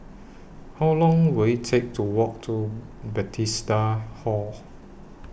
How Long Will IT Take to Walk to Bethesda Hall